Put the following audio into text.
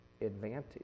advantage